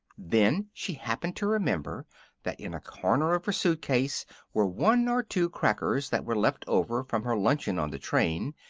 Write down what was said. then she happened to remember that in a corner of her suit-case were one or two crackers that were left over from her luncheon on the train,